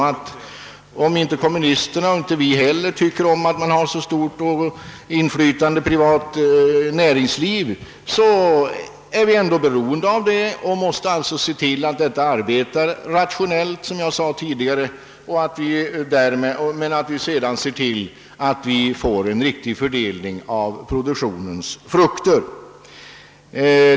Varken kommunisterna eller vi tycker kanske att vi har så stort inflytande över det privata näringslivet, men vi är ju ändå beroende av det. Därför måste det arbeta rationellt. Men sedan skall vi se till att få en riktig fördelning av produktionens frukter.